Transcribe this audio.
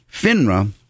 FINRA